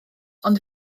ond